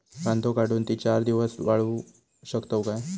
कांदो काढुन ती चार दिवस वाळऊ शकतव काय?